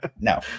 no